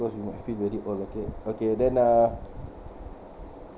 cause we might feel very odd okay okay then ah